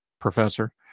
Professor